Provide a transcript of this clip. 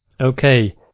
Okay